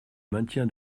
maintien